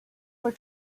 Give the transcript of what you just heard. for